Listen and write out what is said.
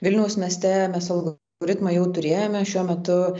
vilniaus mieste mes algoritmą jau turėjome šiuo metu